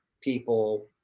people